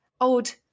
old